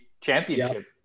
championship